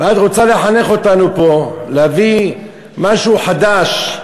ואת רוצה לחנך אותנו פה, להביא משהו חדש,